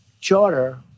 charter